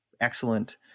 excellent